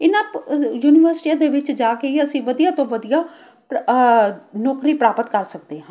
ਇਹਨਾਂ ਪ ਯੂਨੀਵਰਸਿਟੀਆਂ ਦੇ ਵਿੱਚ ਜਾ ਕੇ ਹੀ ਅਸੀਂ ਵਧੀਆ ਤੋਂ ਵਧੀਆ ਪ੍ਰ ਨੌਕਰੀ ਪ੍ਰਾਪਤ ਕਰ ਸਕਦੇ ਹਾਂ